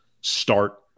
start